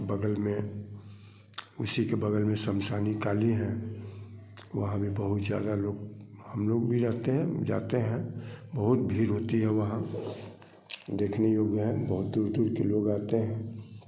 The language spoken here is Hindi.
बग़ल में उसी के बग़ल में शमशानी काली हैं वहाँ भी बहु ज़्यादा लोग हम लोग भी जाते हैं जाते हैं बहुत भीड़ होती है वहाँ देखने योग्य हैं बहुत दूर दूर के लोग आते हैं